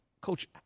Coach